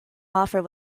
offer